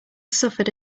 suffered